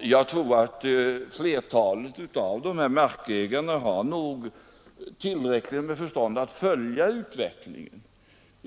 Jag tror att flertalet av dessa markägare har tillräckligt med förstånd för att själva följa utvecklingen och avgöra vilket pris de bör ta.